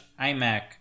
iMac